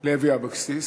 לוי אבקסיס.